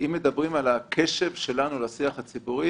אם מדברים על הקשב שלנו לשיח הציבורי,